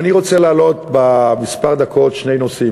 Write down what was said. אני רוצה להעלות בכמה דקות שני נושאים.